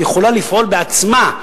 יכולה לפעול בעצמה,